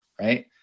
right